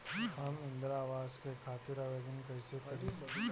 हम इंद्रा अवास के खातिर आवेदन कइसे करी?